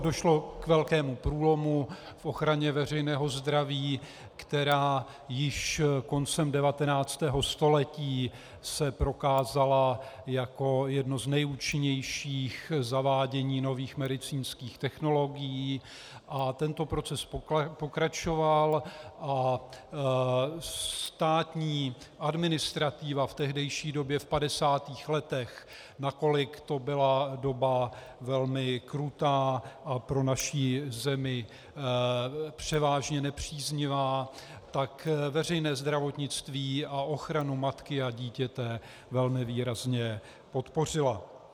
Došlo k velkému průlomu v ochraně veřejného zdraví, která již koncem 19. století se prokázala jako jedno z nejúčinnějších zavádění nových medicínských technologií, a tento proces pokračoval a státní administrativa v tehdejší době, v 50. letech, nakolik to byla doba velmi krutá a pro naši zemi převážně nepříznivá, tak veřejné zdravotnictví a ochranu matky a dítěte velmi výrazně podpořila.